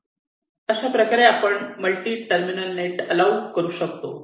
अशाप्रकारे आपण multi terminal net allow करू शकतो